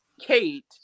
Kate